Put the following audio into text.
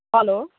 hello